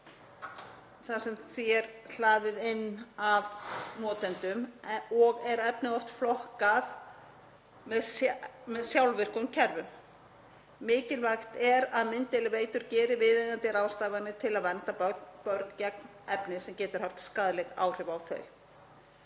þar sem því er hlaðið inn af notendum og er efnið oft flokkað með sjálfvirkum kerfum. Mikilvægt er að mynddeiliveitur geri viðeigandi ráðstafanir til að vernda börn gegn efni sem getur haft skaðleg áhrif á þau.